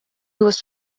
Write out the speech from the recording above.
was